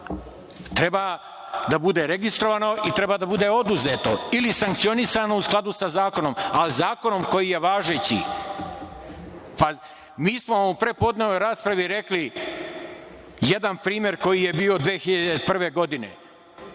treba da bude registrovano i treba da bude oduzeto ili sankcionisano u skladu sa zakonom, ali zakonom koji je važeći. Pa, mi smo vam u prepodnevnoj raspravi rekli jedan primer koji je bio 2001. godine.